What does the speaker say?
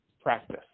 practice